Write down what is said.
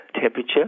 temperature